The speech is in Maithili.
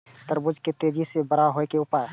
तरबूज के तेजी से बड़ा होय के उपाय?